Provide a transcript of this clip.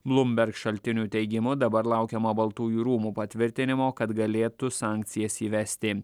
bloomberg šaltinių teigimu dabar laukiama baltųjų rūmų patvirtinimo kad galėtų sankcijas įvesti